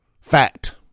Fact